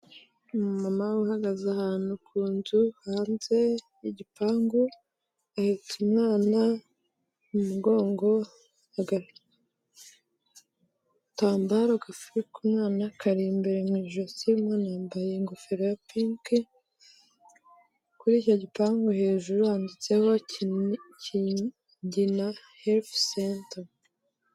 Umumama uhagaze ahantu ku nzu hanze y'igipangu ahitse umwana mumugongo, agatambaro gafubitse umwana kari imbere mu ijosi, umwna yambaye ingofero ya pink, kuri icyo gipangu hejuru handitseho ngo Kigina helth center.